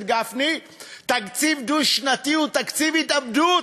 גפני: תקציב דו-שנתי הוא תקציב התאבדות.